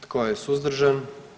Tko je suzdržan?